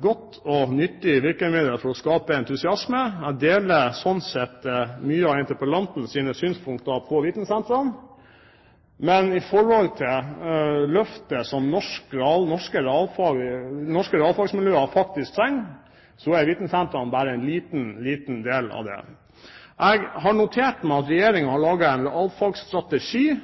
godt og nyttig virkemiddel for å skape entusiasme. Jeg deler sånn sett mye av interpellantens synspunkter på vitensentrene. Men i forhold til det løftet som norske realfagsmiljøer faktisk trenger, er vitensentrene bare en liten, liten del. Jeg har notert meg at Regjeringen har laget en